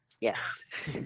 Yes